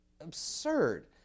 absurd